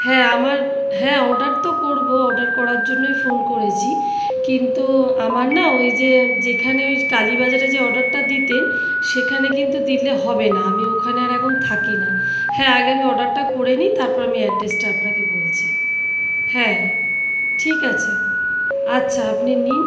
হ্যাঁ আমার হ্যাঁ অর্ডার তো করব অর্ডার করার জন্যই ফোন করেছি কিন্তু আমার না ওই যে যেখানে ওই কালীবাজারে যে অর্ডারটা দিতেন সেখানে কিন্তু দিলে হবে না আমি ওখানে আর এখন থাকি না হ্যাঁ আগে আমি অর্ডারটা করে নিই তারপর আমি অ্যাড্রেসটা আপনাকে বলছি হ্যাঁ ঠিক আছে আচ্ছা আপনি নিন